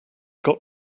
got